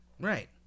Right